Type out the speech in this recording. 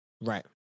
Right